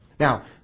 Now